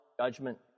judgment